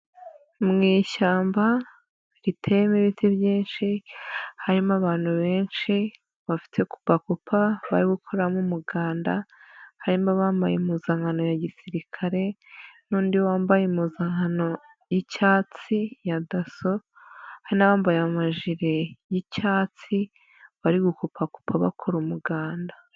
Mu ishyamba riteyemo ibiti byinshi harimo abantu benshi bafite kupapupa bari gukoramo umuganda, harimo bambaye impuzankano ya gisirikare n'undi wambaye impuzankano y'icyatsi ya daso, hari n'abambaye amajire y'icyatsi bari gukupakupa bakora umuganda.